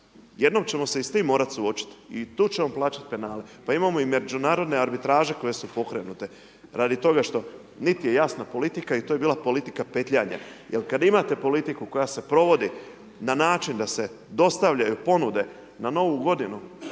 jednom ćemo se i s tim morati suočiti i tu ćemo plaćati penale. Pa imamo i međunarodne arbitraže koje su pokrenute radi toga što niti je jasna politika i to je bila politika petljanja. Jer kad imate politiku koja se provodi na način da se dostavljaju ponude na novu godinu